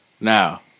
now